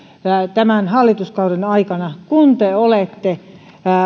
tämän hallituskauden aikana kun te olette